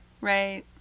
right